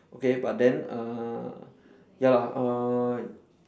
okay but then uh ya lah uh